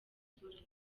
abaturage